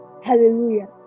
Hallelujah